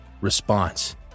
Response